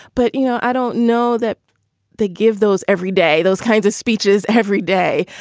but, you know, i don't know that they give those every day, those kinds of speeches every day.